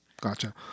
Gotcha